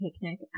picnic